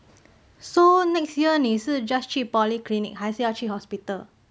so next year 你是 just 去 polyclinic 还是要去 hospital